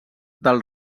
del